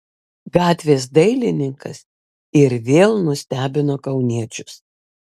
gatvės dailininkas ir vėl nustebino kauniečius